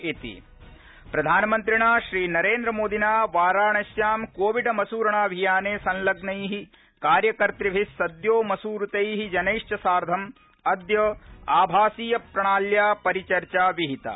इति प्रधानमन्त्रिणा श्रीनरेन्द्रमसूरणा मोदिना वाराणस्यां कोविड ऽभियाने संलग्नैः कार्यकर्तृभिः सद्यो मसूरितैः जनैश्व सार्धम् अद्य आभासीयप्रणाल्या परिचर्चा विहिता